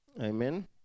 Amen